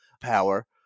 power